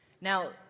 Now